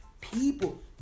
People